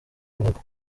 ruhago